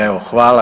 Evo hvala.